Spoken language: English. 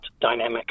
dynamic